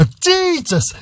Jesus